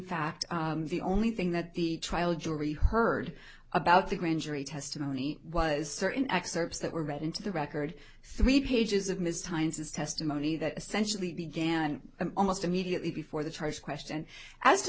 fact the only thing that the trial jury heard about the grand jury testimony was certain excerpts that were read into the record three pages of mr hines's testimony that essentially began almost immediately before the charge question as to